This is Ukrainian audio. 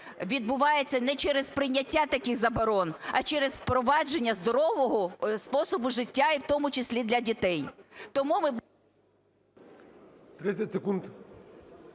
відбувається не через прийняття таких заборон, а через впровадження здорового способу життя, і в тому числі для дітей. Тому